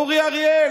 אורי אריאל.